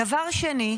דבר שני,